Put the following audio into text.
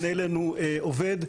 פונה אלינו עובד,